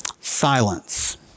Silence